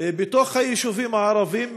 בתוך היישובים הערביים,